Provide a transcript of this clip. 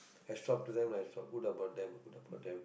heads up to them ah it's a good about them good about them